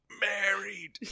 married